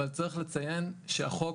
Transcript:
אבל צריך לציין שהחוק